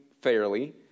fairly